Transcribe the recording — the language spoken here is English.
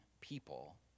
people